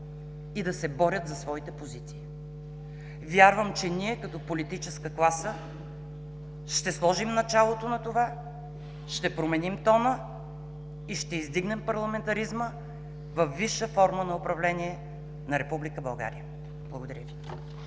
и да се борят за своите позиции. Вярвам, че ние, като политическа класа, ще сложим началото на това, ще променим тона и ще издигнем парламентаризма във висша форма на управление на Република България. Благодаря Ви.